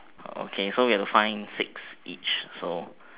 okay so we have to find six each so